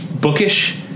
bookish